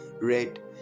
red